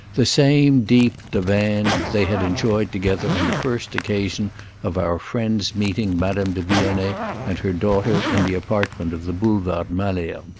the same deep divan they had enjoyed together on the first occasion of our friend's meeting madame de vionnet and her daughter in the apartment of the boulevard malesherbes,